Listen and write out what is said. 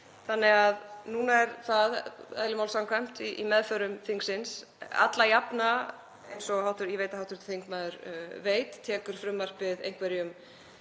þannig að núna er það eðli máls samkvæmt í meðförum þingsins. Alla jafna, eins og ég veit að hv. þingmaður veit, tekur frumvarpið einhverjum